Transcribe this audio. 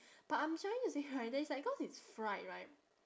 but I'm trying to say here right that it's like cause it's fried right